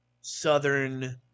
Southern